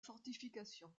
fortifications